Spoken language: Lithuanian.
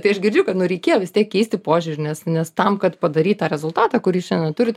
tai aš girdžiu kad nu reikėjo vis tiek keisti požiūrį nes nes tam kad padarytą rezultatą kurį šiandien turit